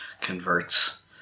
converts